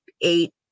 eight